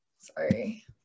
Sorry